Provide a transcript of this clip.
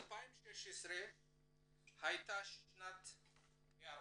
שנת 2016 הייתה שנת היערכות,